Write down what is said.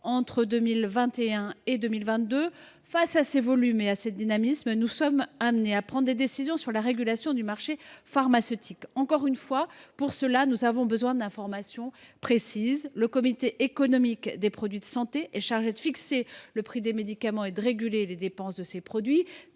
entre 2021 et 2022. Face à ces volumes et à ce dynamisme, nous sommes amenés à prendre des décisions sur la régulation du marché pharmaceutique. Nous avons besoin, pour cela, d’informations précises. Le Comité économique des produits de santé est chargé de fixer le prix des médicaments et de réguler les dépenses de ces produits.